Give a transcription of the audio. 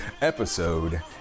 episode